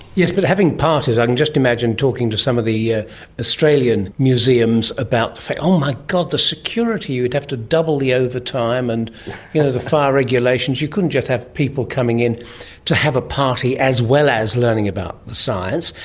yes, but having parties, i can just imagine talking to some of the ah australian museums about the fact. oh my god, the security, you'd have two double the overtime, and you know the fire regulations, you couldn't just have people coming in to have a party as well as learning about the science'.